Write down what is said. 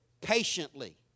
patiently